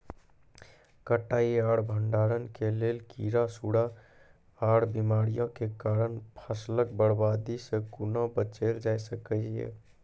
कटाई आर भंडारण के लेल कीड़ा, सूड़ा आर बीमारियों के कारण फसलक बर्बादी सॅ कूना बचेल जाय सकै ये?